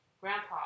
grandpa